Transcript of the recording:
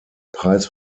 preis